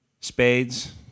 Spades